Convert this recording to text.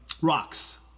rocks